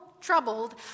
troubled